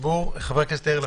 חבר הכנסת יאיר לפיד.